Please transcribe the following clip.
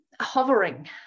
hovering